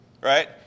right